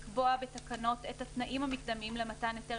לקבוע בתקנות את התנאים המקדמיים למתן היתר